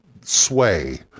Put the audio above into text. sway